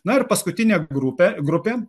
na ir paskutinė grupė grupė